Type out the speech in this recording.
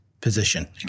position